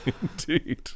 indeed